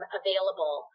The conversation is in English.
available